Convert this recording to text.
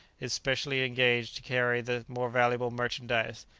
is specially engaged to carry the more valuable merchandize,